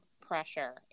pressure